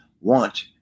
want